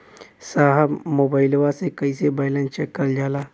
साहब मोबइलवा से कईसे बैलेंस चेक करल जाला?